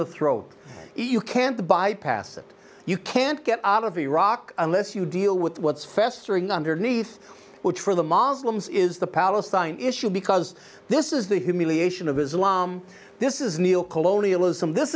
the throat e u can't bypass it you can't get out of iraq unless you deal with what's festering underneath which for the moslems is the palestine issue because this is the humiliation of islam this is neil colo